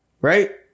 right